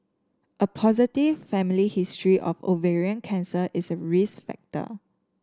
a positive family history of ovarian cancer is a risk factor